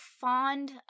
fond